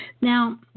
Now